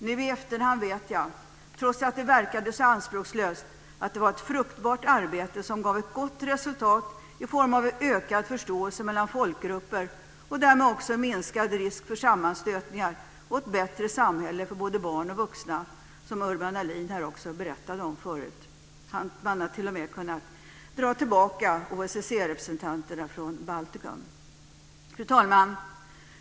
Nu i efterhand vet jag att det, trots att det verkade så anspråkslöst, var ett fruktbart arbete som gav ett gott resultat i form av en ökad förståelse mellan folkgrupper och därmed också en minskad risk för sammanstötningar och ett bättre samhälle för både barn och vuxna, som Urban Ahlin också berättade om förut. Man har t.o.m. kunnat dra tillbaka OSSE Fru talman!